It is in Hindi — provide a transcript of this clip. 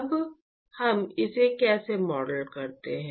अब हम इसे कैसे मॉडल करते हैं